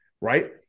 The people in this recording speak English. right